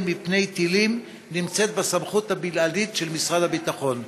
מפני טילים נמצאת בסמכות הבלעדית של משרד הביטחון,